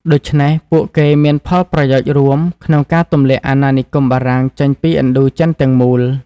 ដូច្នេះ ពួកគេមានផលប្រយោជន៍រួមក្នុងការទម្លាក់អាណានិគមបារាំងចេញពីឥណ្ឌូចិនទាំងមូល។